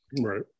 Right